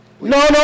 No